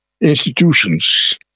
institutions